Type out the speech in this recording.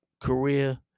career